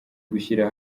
gushyira